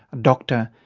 doctor,